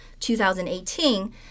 2018